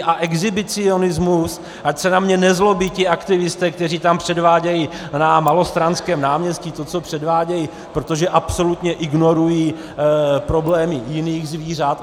Ať se na mě nezlobí ti aktivisté, kteří tam předvádějí na Malostranském náměstí to, co předvádějí, protože absolutně ignorují problémy jiných zvířat.